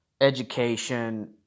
education